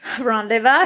Rendezvous